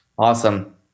Awesome